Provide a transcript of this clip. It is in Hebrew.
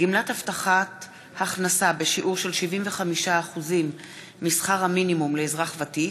גמלת הבטחת הכנסה בשיעור 75% משכר המינימום לאזרח ותיק),